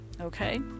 Okay